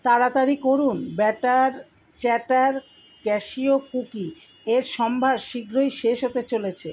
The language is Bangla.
তাড়াতাড়ি করুন ব্যাটার চ্যাটার ক্যাশিউ কুকি এর সম্ভার শীঘ্রই শেষ হতে চলেছে